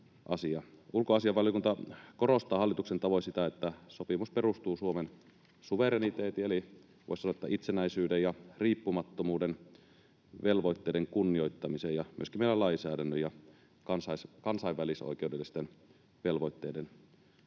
Ulkoasiainvaliokunta korostaa hallituksen tavoin sitä, että sopimus perustuu Suomen suvereniteetin eli, voisi sanoa, itsenäisyyden ja riippumattomuuden velvoitteiden kunnioittamiseen ja myöskin meidän lainsäädännön ja kansainvälisoikeudellisten velvoitteiden